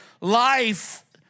life